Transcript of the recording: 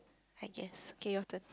I guess K your turn